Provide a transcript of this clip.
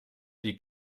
die